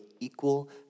equal